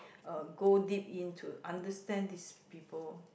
uh go deep into understand these people